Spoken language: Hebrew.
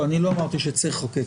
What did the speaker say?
אני לא אמרתי שצריך לחוקק.